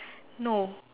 no